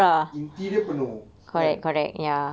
inti dia penuh kan